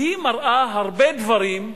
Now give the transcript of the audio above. והיא מראה הרבה דברים,